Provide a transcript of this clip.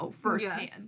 firsthand